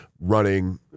running